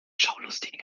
schaulustigen